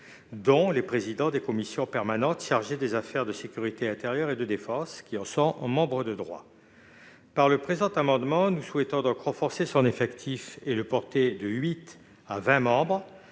dont les présidents des commissions permanentes chargées des affaires de sécurité intérieure et de défense, qui en sont membres de droit. Par le présent amendement, nous souhaitons renforcer son effectif en le portant de huit à vingt membres,